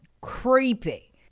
creepy